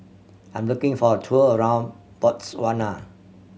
I am looking for a tour around Botswana